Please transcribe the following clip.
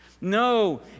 No